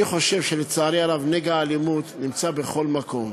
אני חושב, לצערי הרב, שנגע האלימות נמצא בכל מקום,